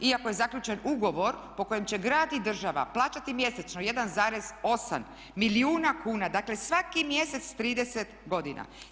Iako je zaključen ugovor po kojem će grad i država plaćati mjesečno 1,8 milijuna kuna, dakle svaki mjesec 30 godina.